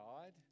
God